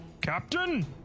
Captain